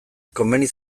komeni